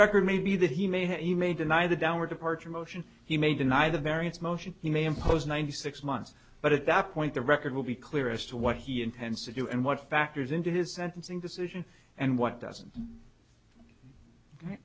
record may be that he may he may deny the downward departure motion he may deny the variance motion he may impose ninety six months but at that point the record will be clear as to what he intends to do and what factors into his sentencing decision and what doesn't